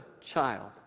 child